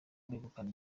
begukana